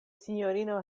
sinjorino